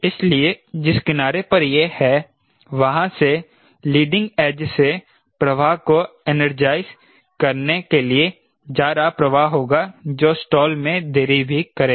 इसलिए जिस किनारे पर यह है वहां से लीडिंग एज से प्रवाह को एनर्जाईज़ करने के लिए जा रहा प्रवाह होगा जो स्टाल में देरी भी करेगा